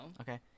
Okay